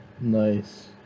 Nice